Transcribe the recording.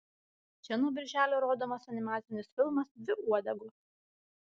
čia nuo birželio rodomas animacinis filmas dvi uodegos